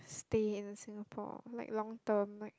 still in Singapore like long term like